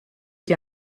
che